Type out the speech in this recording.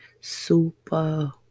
Super